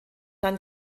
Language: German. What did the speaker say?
dann